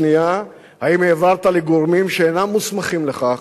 השנייה, האם העברת לגורמים שאינם מוסמכים לכך,